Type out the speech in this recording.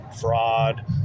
fraud